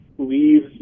leaves